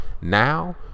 now